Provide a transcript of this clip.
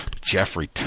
Jeffrey